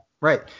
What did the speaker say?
Right